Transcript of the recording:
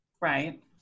Right